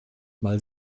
mal